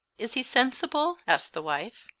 is he sensible? asked the wife.